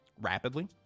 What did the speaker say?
rapidly